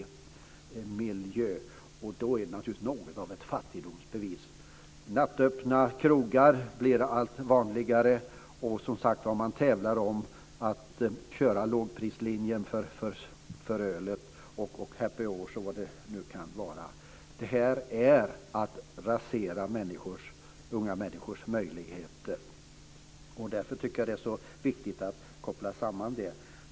Det är naturligtvis något av ett fattigdomsbevis. Det blir allt vanligare med nattöppna krogar. Och man tävlar som sagt med att köra lågprislinjen för öl och med happy hours och vad det nu kan vara. Det här är att rasera unga människors möjligheter. Därför tycker jag att det är så viktigt att koppla samman det här.